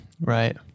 Right